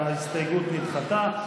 ההסתייגות נדחתה.